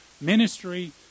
Ministry